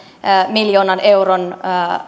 miljoonan euron